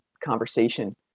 conversation